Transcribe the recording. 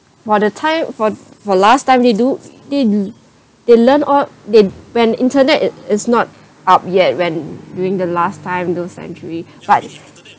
while the time for for last time they do they they learn all they when internet it is not up yet when during the last time those century but